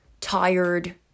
tired